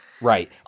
Right